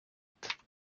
pochette